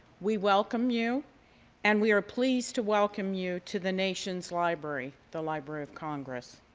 we welcome you and we are pleased to welcome you to the nation's library, the library of congress.